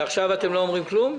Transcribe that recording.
ועכשיו אתם לא אומרים כלום?